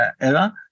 era